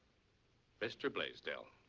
mr. blaisdell,